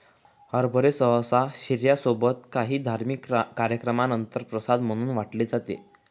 हरभरे सहसा शिर्या सोबत काही धार्मिक कार्यक्रमानंतर प्रसाद म्हणून वाटले जातात